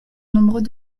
nombreux